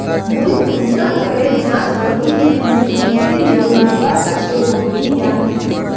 मुई कुंसम करे जाँच करूम की मुई कृषि लोन लुबा सकोहो ही या नी?